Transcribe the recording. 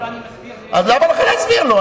לא, אני מסביר, למה לך להסביר לו?